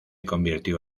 convirtió